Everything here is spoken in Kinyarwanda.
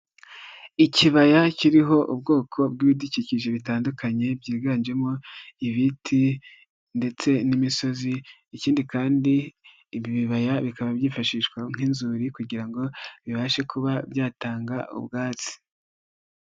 Ikibaya kiriho ubwoko bw'ibidukikije bitandukanye byiganjemo ibiti ndetse n'imisozi, ikindi kandi ibi bibaya bikaba byifashishwa nk'inzuri kugira ngo bibashe kuba byatanga ubwatsi.